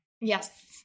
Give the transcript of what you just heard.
Yes